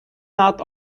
not